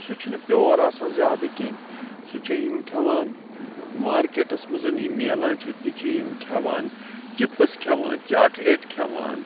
سُہ چھُ نہٕ پیٚور آسان زیادٕ کینٛہہ سُہ چھ یِم کھیٚوان مارکٹَس مَنٛز یہِ میلان چھُ تہِ چھِ یِم کھیٚوان چِپس کھیٚوان چاکلیٹ کھیٚوان